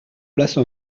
place